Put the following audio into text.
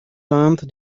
learned